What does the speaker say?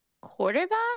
Quarterback